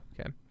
Okay